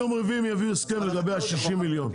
עד יום רביעי הם יביאו הסכם לגבי ה-60 מיליון.